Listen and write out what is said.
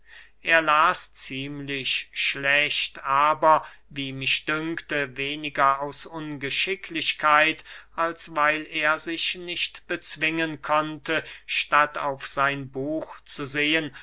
er las ziemlich schlecht aber wie mich dünkte weniger aus ungeschicklichkeit als weil er sich nicht bezwingen konnte statt auf sein buch zu sehen